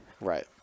Right